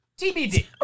TBD